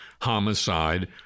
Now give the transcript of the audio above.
homicide